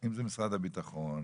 אם זה משרד הביטחון,